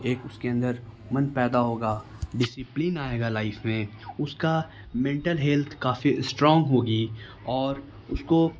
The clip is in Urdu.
ایک اس کے اندر من پیدا ہوگا ڈسپلن آئے گا لائف میں اس کا مینٹل ہیلتھ کافی اسٹرانگ ہوگی اور اس کو